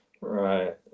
Right